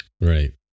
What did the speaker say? right